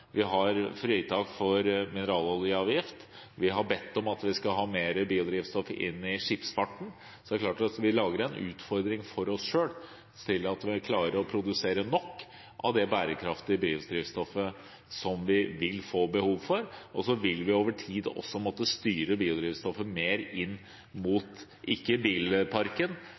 Vi har fritak for mineraloljeavgift. Vi har bedt om at vi skal ha mer biodrivstoff inn i skipsfarten. Så det er klart at vi lager en utfordring for oss selv med tanke på om vi vil klare å produsere nok av det bærekraftige biodrivstoffet som vi vil få behov for. Over tid vil vi også måtte styre biodrivstoffet – ikke inn mot bilparken,